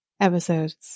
episodes